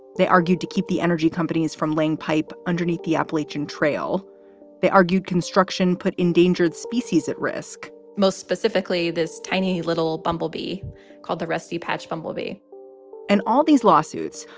they argued to keep the energy companies from laying pipe underneath the appalachian trail they argued construction put endangered species at risk, most specifically this tiny little bumblebee called the rusty patch bumblebee and all these lawsuits,